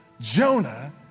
Jonah